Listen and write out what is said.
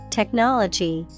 technology